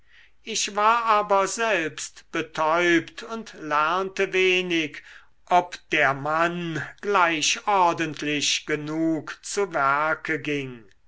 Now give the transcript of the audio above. ich war aber selbst betäubt und lernte wenig ob der mann gleich ordentlich genug zu werke ging